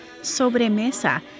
Sobremesa